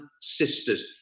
sisters